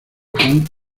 tan